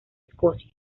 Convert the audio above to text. escocia